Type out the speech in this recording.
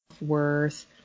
worth